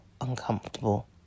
uncomfortable